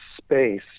space